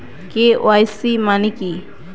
KYC মানে কি?